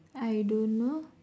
I don't know